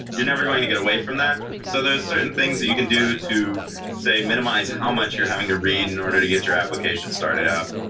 you're never going to get away from that so there's certain things that you can do to say minimize how much you're having to read in order to get your application started up.